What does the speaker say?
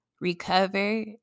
recover